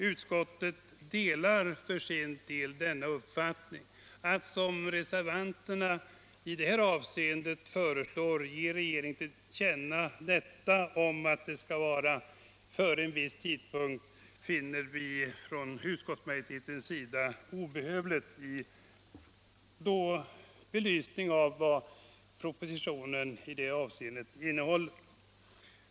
Utskottet delar denna uppfattning. Att, som reservanterna föreslår, ge regeringen till känna att det bör ske före en viss tidpunkt finner vi från utskottsmajoritetens sida obehövligt i belysning av vad propositionen i det avseendet innehåller.